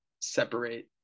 separate